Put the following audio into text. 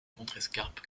contrescarpe